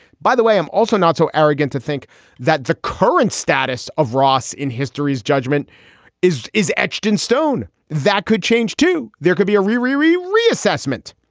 by the way, i'm also not so arrogant to think that the current status of ross in history's judgment is is etched in stone. that could change, too. there could be a re re re reassessment.